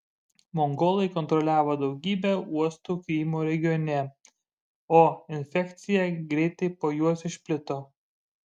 mongolai kontroliavo daugybę uostų krymo regione o infekcija greitai po juos išplito